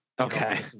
Okay